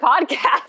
podcast